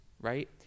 right